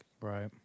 Right